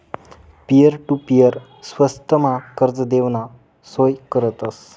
peer to peer स्वस्तमा कर्ज देवाना सोय करतस